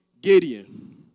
Gideon